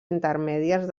intermèdies